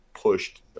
pushed